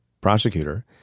prosecutor